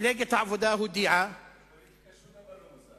מפלגת העבודה הודיעה, בפוליטיקה שום דבר לא מוזר.